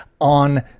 on